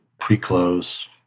pre-close